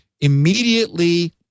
immediately